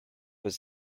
was